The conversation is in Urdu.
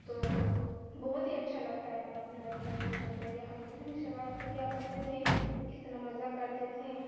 تو بہت ہی اچھا لگتا ہے ہمیں اپنے بچپن میں سوچ کے کہ ہم کتنی شرارتیں کیا کرتے تھیں کتنا مزہ کرتے تھیں